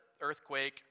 earthquake